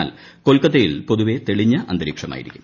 എന്നാൽ കൊൽക്കത്തയിൽ പൊതുവേ തെളിഞ്ഞ അന്തരീക്ഷമായിരിക്കും